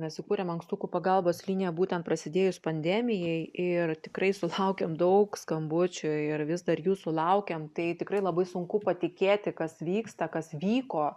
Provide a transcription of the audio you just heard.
mes sukūrėm ankstukų pagalbos liniją būtent prasidėjus pandemijai ir tikrai sulaukėm daug skambučių ir vis dar jų sulaukiam tai tikrai labai sunku patikėti kas vyksta kas vyko